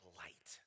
light